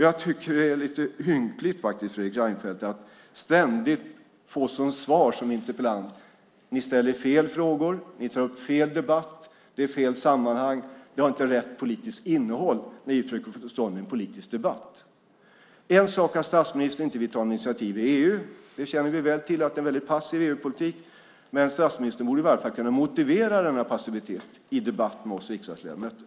Jag tycker att det är ynkligt, Fredrik Reinfeldt, att som interpellant ständigt få som svar att vi ställer fel frågor, att vi tar upp fel debatt, att det är fel sammanhang och att det inte har rätt politiskt innehåll när vi försöker få till stånd en politisk debatt. En sak är att statsministern inte vill ta något initiativ i EU. Vi känner väl till att det är en väldigt passiv EU-politik. Men statsministern borde i varje fall kunna motivera denna passivitet i debatt med oss riksdagsledamöter.